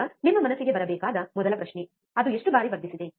ಈಗ ನಿಮ್ಮ ಮನಸ್ಸಿಗೆ ಬರಬೇಕಾದ ಮೊದಲ ಪ್ರಶ್ನೆ ಅದು ಎಷ್ಟು ಬಾರಿ ವರ್ಧಿಸಿದೆ